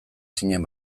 zinen